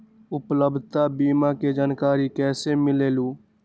उपलब्ध बीमा के जानकारी कैसे मिलेलु?